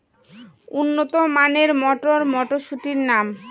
উন্নত মানের মটর মটরশুটির নাম?